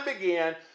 began